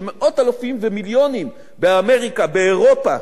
של מאות אלפים ומיליונים באמריקה ובאירופה,